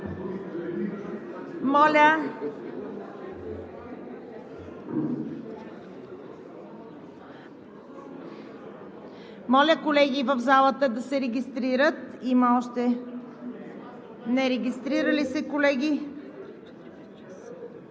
Моля колегите в залата да се регистрират. Има още нерегистрирали се.